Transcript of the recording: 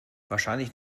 wahrscheinlich